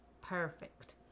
perfect